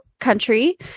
country